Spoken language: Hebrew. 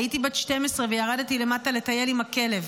הייתי בת 12 וירדתי למטה לטייל עם הכלב.